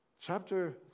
Chapter